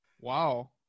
Wow